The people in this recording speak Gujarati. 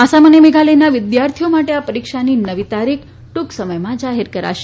આસામ અને મેઘાલયના વિદ્યાર્થીઓ માટે આ પરીક્ષાની નવી તારીખ ટુંક સમયમાં જાહેર કરાશે